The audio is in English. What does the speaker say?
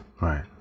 right